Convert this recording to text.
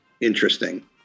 interesting